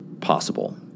possible